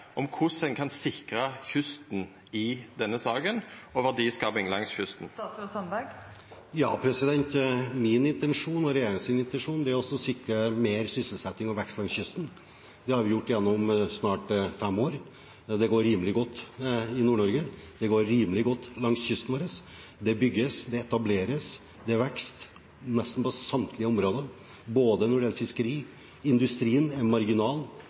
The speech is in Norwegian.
og verdiskapinga langs kysten i denne saka? Ja, min intensjon og regjeringens intensjon er å sikre mer sysselsetting og vekst langs kysten. Det har vi gjort gjennom snart fem år. Det går rimelig godt i Nord-Norge, det går rimelig godt langs kysten vår, det bygges, det etableres – det er vekst på nesten samtlige områder når det gjelder fiskeri. Industrien er marginal,